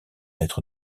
être